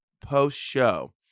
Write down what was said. post-show